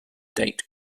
date